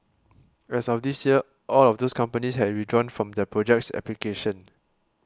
as of this year all of those companies had withdrawn from the project's application